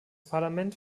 parlament